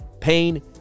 Pain